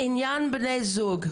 בעניין בני זוג,